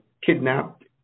kidnapped